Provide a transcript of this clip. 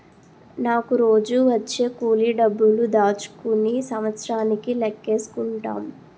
నాకు రోజూ వచ్చే కూలి డబ్బులు దాచుకుని సంవత్సరానికి లెక్కేసుకుంటాం